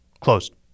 Closed